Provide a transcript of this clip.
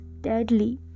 deadly